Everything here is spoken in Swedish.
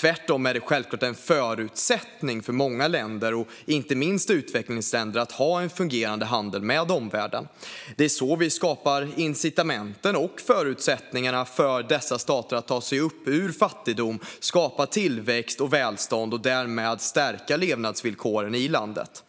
Tvärtom är det självklart en förutsättning för många länder, inte minst utvecklingsländer, att ha en fungerande handel med omvärlden. Det är så vi skapar incitamenten och förutsättningarna för dessa stater att ta sig ut ur fattigdom, skapa tillväxt och välstånd och därmed stärka levnadsvillkoren i landet.